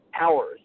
hours